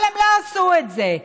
אבל הם לא עשו את זה,